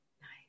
Nice